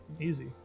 Easy